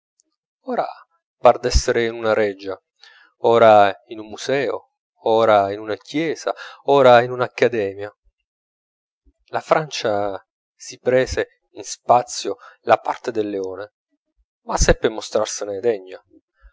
ora par d'essere in una reggia ora in un museo ora in una chiesa ora in un'accademia la francia si prese in spazio la parte del leone ma seppe mostrarsene degna